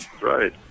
Right